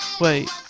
Wait